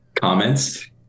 comments